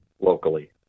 locally